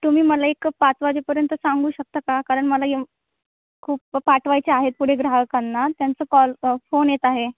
तुम्ही मला एक पाच वाजेपर्यंत सांगू शकता का कारण मला ते खूप पाठवायचे आहेत पुढे ग्राहकांना त्यांचं कॉल फोन येत आहे